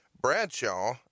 Bradshaw